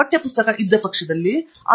professor Arun K